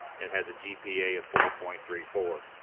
and has a gpa of four point three four.